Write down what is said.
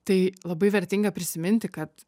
tai labai vertinga prisiminti kad